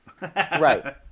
Right